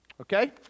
Okay